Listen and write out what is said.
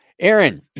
Aaron